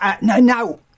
Now